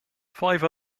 five